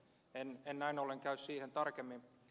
en näin ollen käy siihen tarkemmin